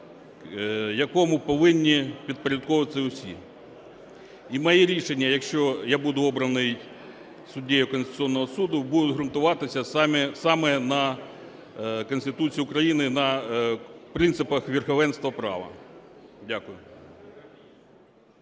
якому повинні підпорядковуватися усі. І моє рішення, якщо я буду обраний суддею Конституційного Суду, буде грунтуватися саме на Конституції України, на принципах верховенства права. Дякую.